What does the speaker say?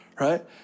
right